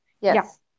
yes